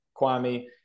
Kwame